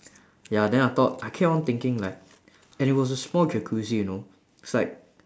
ya then I thought I kept on thinking like and it was a small jacuzzi you know it's like